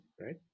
right